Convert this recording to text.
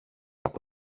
από